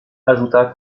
ajouta